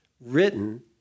written